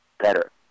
better